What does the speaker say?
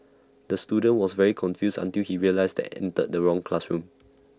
the student was very confused until he realised he entered the wrong classroom